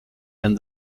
and